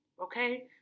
Okay